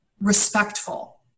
respectful